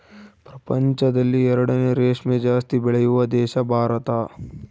ಪ್ರಪಂಚದಲ್ಲಿ ಎರಡನೇ ರೇಷ್ಮೆ ಜಾಸ್ತಿ ಬೆಳೆಯುವ ದೇಶ ಭಾರತ